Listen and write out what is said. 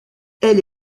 elle